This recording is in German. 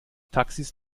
taxis